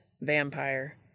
Vampire